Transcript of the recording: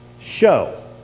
show